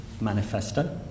manifesto